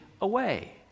away